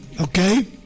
okay